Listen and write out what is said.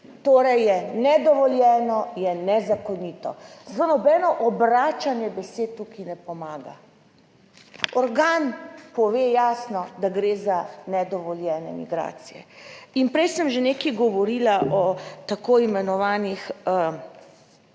Torej je nedovoljeno, je nezakonito, zato nobeno obračanje besed tukaj ne pomaga. Organ pove jasno, da gre za nedovoljene migracije in prej sem že nekaj govorila o tako imenovanih